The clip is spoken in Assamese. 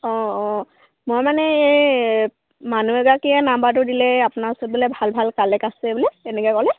অঁ অঁ মই মানে এই মানুহ এগৰাকীয়ে নাম্বাৰটো দিলে এই আপোনাৰ ওচৰত বোলে ভাল ভাল কালেক আছে বোলে তেনেকৈ ক'লে